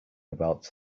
about